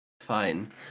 Fine